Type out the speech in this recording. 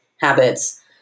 habits